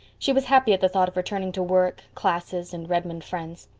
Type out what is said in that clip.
she was happy at the thought of returning to work, classes and redmond friends.